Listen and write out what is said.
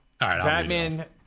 Batman